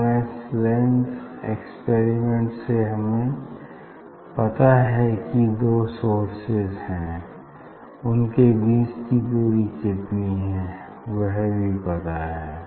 convex lens experiment से हमें पता है कि दो सोर्सेज हैं और उनके बीच की दूरी कितनी है वह भी पता है